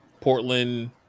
Portland